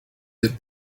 that